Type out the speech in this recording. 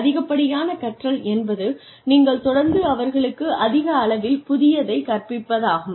அதிகப்படியான கற்றல் என்பது நீங்கள் தொடர்ந்து அவர்களுக்கு அதிக அளவில் புதியதைக் கற்பிப்பதாகும்